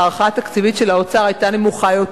ההערכה התקציבית של האוצר היתה נמוכה יותר,